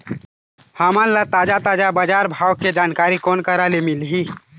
हमन ला ताजा ताजा बजार भाव के जानकारी कोन करा से मिलही?